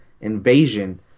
invasion